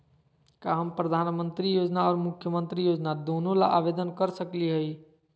का हम प्रधानमंत्री योजना और मुख्यमंत्री योजना दोनों ला आवेदन कर सकली हई?